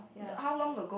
ya